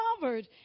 covered